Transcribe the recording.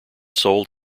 sold